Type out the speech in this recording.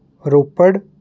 Ropar